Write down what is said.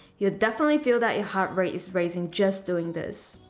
you'll definitely feel that your heart rate is raising just doing this.